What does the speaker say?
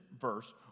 verse